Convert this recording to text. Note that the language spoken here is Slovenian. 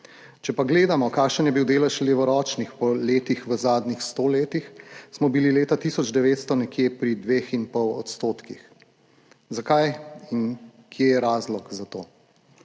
Če pa gledamo, kakšen je bil delež levoročnih letih v zadnjih sto letih, smo bili leta 1900 nekje pri dveh in pol odstotkih. Zakaj in kje je razlog za to?